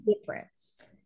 difference